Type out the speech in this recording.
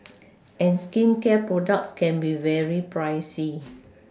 and skincare products can be very pricey